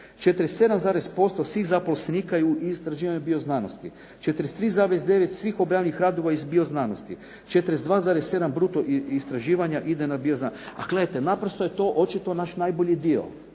47% svih zaposlenika je u istraživanju bioznanosti, 43,9 svih objavljenih radova iz bioznanosti, 42,7 bruto istraživanja ide na bioznanost. A gledajte, naprosto je to očito naš najbolji dio.